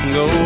go